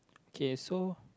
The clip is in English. okay so